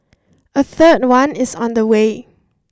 a third one is on the way